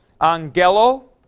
Angelo